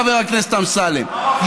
חבר הכנסת אמסלם.